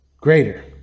greater